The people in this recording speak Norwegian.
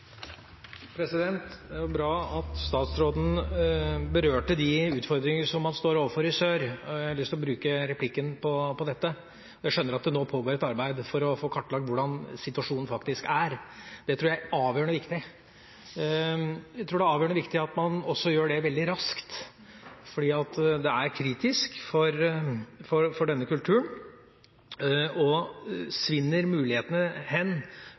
Det er bra at statsråden berørte de utfordringer som man står overfor i sør, og jeg har lyst til å bruke replikken på dette. Jeg skjønner at det nå pågår et arbeid for å få kartlagt hvordan situasjonen er. Det tror jeg er avgjørende viktig. Jeg tror også det er avgjørende viktig at man gjør dette veldig raskt, for det er kritisk for denne kulturen. Svinner mulighetene hen